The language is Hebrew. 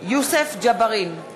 יוסף ג'בארין,